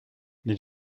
les